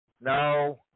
No